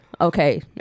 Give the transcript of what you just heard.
Okay